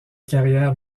carrière